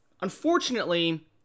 Unfortunately